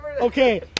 Okay